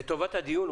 לטובת הדיון,